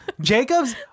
Jacob's